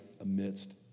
amidst